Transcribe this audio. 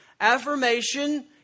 affirmation